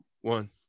one